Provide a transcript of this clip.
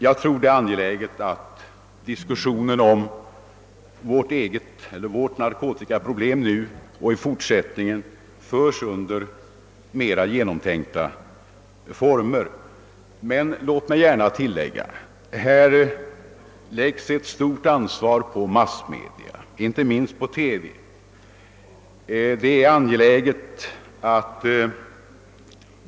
Det är angeläget att diskussionen om vårt narkotikaproblem nu och i fortsättningen förs under mer genomtänkta former, Låt mig gärna tilllägga att ett stort ansvar läggs på massmedia, inte minst på TV.